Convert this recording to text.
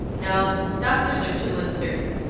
no doctors are too uncertain.